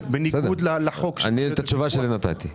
את התשובה שלי אמרתי.